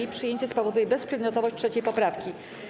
Ich przyjęcie spowoduje bezprzedmiotowość 3. poprawki.